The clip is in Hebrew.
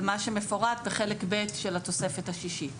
על מה שמפורט בחלק ב' של התוספת השישית.